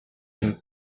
him